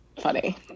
funny